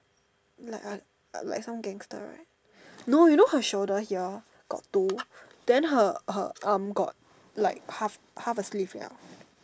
like a lot like some gangster right no you know her shoulder here got two then her her arm got like half half a sleeve liao